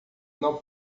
não